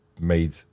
made